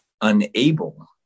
unable